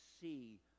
see